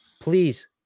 please